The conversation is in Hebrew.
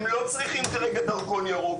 הם לא צריכים כרגע דרכון ירוק,